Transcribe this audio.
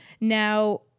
Now